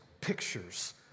pictures